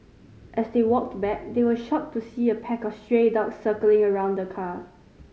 as they walked back they were shocked to see a pack of stray dogs circling around the car